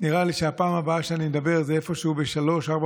נראה לי שהפעם הבאה שאני אדבר תהיה איפשהו ב-03:00,